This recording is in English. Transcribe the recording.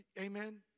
Amen